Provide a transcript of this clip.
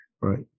Right